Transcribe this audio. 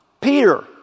Peter